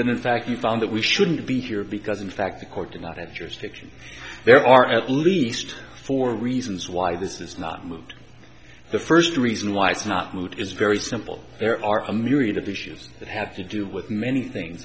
that in fact you found that we shouldn't be here because in fact the court did not have jurisdiction there are at least four reasons why this is not moved the first reason why it's not moot is very simple there are a myriad of issues that have to do with many things